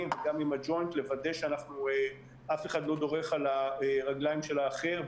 וגם עם הג'וינט לוודא שאף אחד לא דורך על הרגליים של האחר,